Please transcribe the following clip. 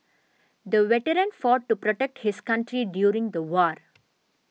the veteran fought to protect his country during the war